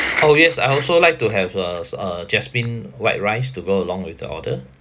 oh yes I also like to have a s~ uh jasmine white rice to go along with the order